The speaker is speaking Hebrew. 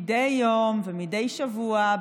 מדי יום ומדי שבוע,